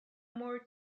more